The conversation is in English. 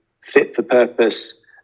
fit-for-purpose